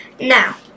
Now